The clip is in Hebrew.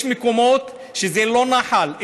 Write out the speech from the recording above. יש מקומות שזה לא נחל,